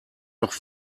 doch